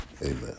amen